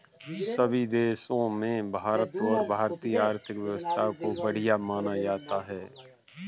सभी देशों में भारत और भारतीय आर्थिक व्यवस्था को बढ़िया माना जाता है